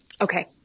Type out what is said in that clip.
Okay